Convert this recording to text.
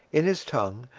in his tongue,